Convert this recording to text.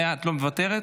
את מוותרת?